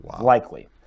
likely